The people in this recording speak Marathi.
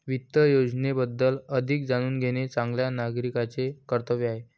वित्त योजनेबद्दल अधिक जाणून घेणे चांगल्या नागरिकाचे कर्तव्य आहे